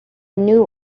new